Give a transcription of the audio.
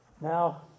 Now